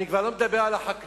אני כבר לא מדבר על החקלאים.